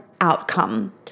outcome